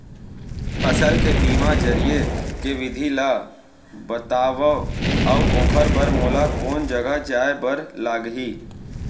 फसल के बीमा जरिए के विधि ला बतावव अऊ ओखर बर मोला कोन जगह जाए बर लागही?